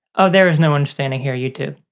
oh there is no understanding here youtube.